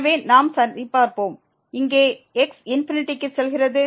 எனவே நாம் சரிபார்ப்போம் இங்கே x ∞ க்கு செல்கிறது